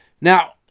Now